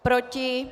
Proti?